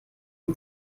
dem